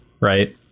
right